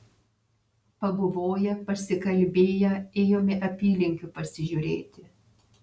pabuvoję pasikalbėję ėjome apylinkių pasižiūrėti